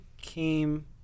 came